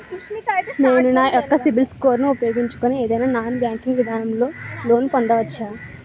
నేను నా యెక్క సిబిల్ స్కోర్ ను ఉపయోగించుకుని ఏదైనా నాన్ బ్యాంకింగ్ విధానం లొ లోన్ పొందవచ్చా?